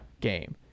game